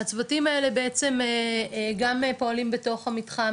הצוותים האלה בעצם גם פועלים בתוך המתחם,